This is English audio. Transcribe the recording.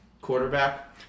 quarterback